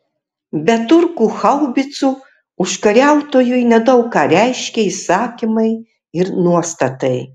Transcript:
bet turkų haubicų užkariautojui nedaug ką reiškė įsakymai ir nuostatai